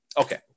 okay